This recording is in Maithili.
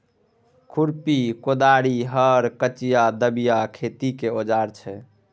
खुरपी, कोदारि, हर, कचिआ, दबिया खेतीक औजार छै